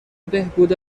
بهبود